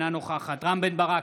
אינה נוכחת רם בן ברק,